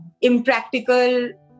Impractical